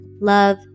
love